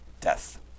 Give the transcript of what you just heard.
death